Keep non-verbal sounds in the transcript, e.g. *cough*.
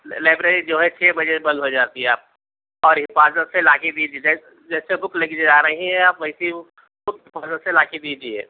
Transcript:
library جو ہے چھ بجے بند ہو جاتی ہے آپ اور حفاظت سے لا کے *unintelligible* جیسے بک لے کے جا رہی ہیں ویسے وہ بک *unintelligible* سے لا کے دیجیے